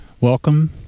welcome